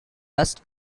rust